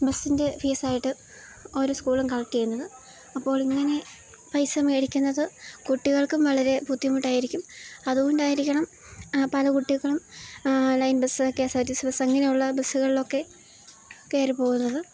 ബസ്സിൻ്റെ ഫീസ് ആയിട്ട് ഓരോ സ്കൂളും കളകട്ട് ചെയ്യുന്നത് അപ്പോൾ ഇങ്ങനെ പൈസ മേടിക്കുന്നത് കുട്ടികൾക്കും വളരെ ബുദ്ധിമുട്ടായിരിക്കും അതുകൊണ്ടായിരിക്കണം പല കുട്ടികളും line bus K S R T C bus അങ്ങനെയുള്ള ബസ്സുകളിലൊക്കെ കയറി പോകുന്നത്